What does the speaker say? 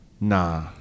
Nah